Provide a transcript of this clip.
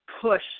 push